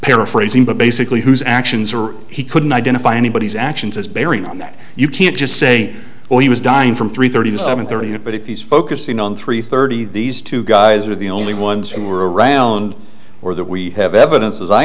paraphrasing but basically who's actions are he couldn't identify anybody's actions as bearing on that you can't just say well he was dying from three thirty seven thirty years but he's focusing on three thirty these two guys are the only ones who were around or that we have evidence as i